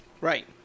Right